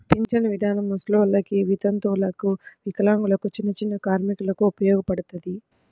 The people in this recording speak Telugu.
పింఛను ఇదానం ముసలోల్లకి, వితంతువులకు, వికలాంగులకు, చిన్నచిన్న కార్మికులకు ఉపయోగపడతది